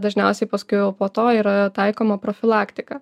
dažniausiai paskui jau po to yra taikoma profilaktika